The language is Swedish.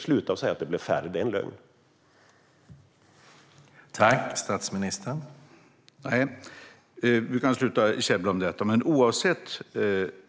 Sluta säga att det blev färre, för det är en lögn.